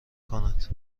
کند